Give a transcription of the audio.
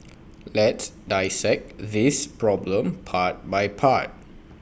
let's dissect this problem part by part